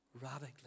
radically